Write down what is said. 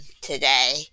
today